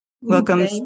Welcome